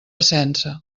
sense